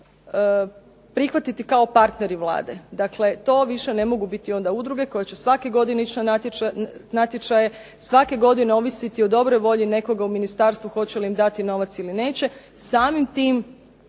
prihvatiti kao partneri Vlade. Dakle, to više ne mogu biti onda udruge koje će svake godine ići na natječaje, svake godine ovisiti o dobroj volji nekoga u ministarstvu hoće li im dati novac ili neće. Samim tim